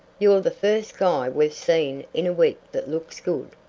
you're the first guy we've seen in a week that looks good.